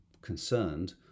concerned